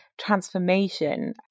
transformation